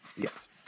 Yes